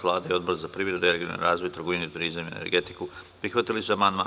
Vlada i Odbor za privredu, regionalni razvoj, trgovinu, turizam i energetiku prihvatili su amandman.